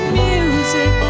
music